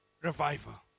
revival